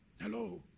Hello